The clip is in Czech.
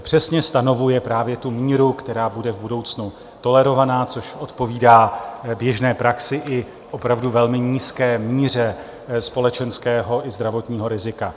Přesně stanovuje právě tu míru, která bude v budoucnu tolerovaná, což odpovídá běžné praxi i opravdu velmi nízké míře společenského i zdravotního rizika.